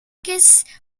physicians